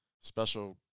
special